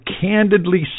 candidly